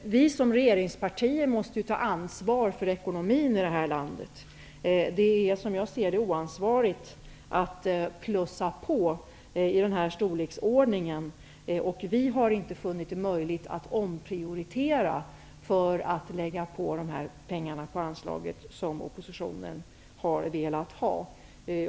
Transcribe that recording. Vi som regeringspartier måste ta ansvar för ekonomin i det här landet. Det är som jag ser det oansvarigt att plussa på i den föreslagna storleksordningen. Vi har inte funnit det möjligt att omprioritera för att lägga på de pengar på anslaget som oppositionen har velat ha.